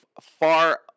far